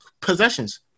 possessions